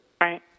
Right